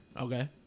Okay